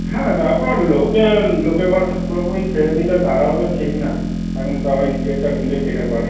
হ্যাঁ তারপর লোকের লোকের ভরসার পুরোপুরি ছেড়ে দিলে তারাও তো ঠিক না এখন সবাই নিজেরটা বুঝে কেটে পড়ে